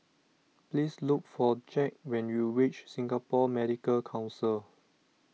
please look for Jack when you reach Singapore Medical Council